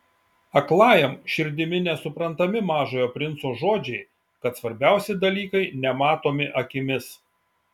aklajam širdimi nesuprantami mažojo princo žodžiai kad svarbiausi dalykai nematomi akimis